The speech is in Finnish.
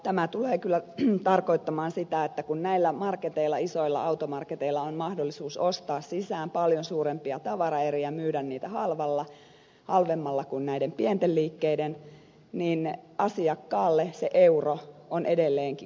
tämä tulee kyllä tarkoittamaan sitä että kun näillä isoilla automarketeilla on mahdollisuus ostaa sisään paljon suurempia tavaraeriä ja myydä niitä halvemmalla kuin näiden pienten liikkeiden niin asiakkaalle se euro on edelleenkin kova konsultti